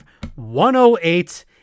108